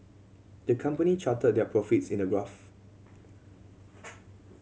the company charted their profits in a graph